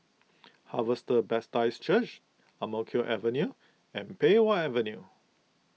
Harvester Baptist Church Ang Mo Kio Avenue and Pei Wah Avenue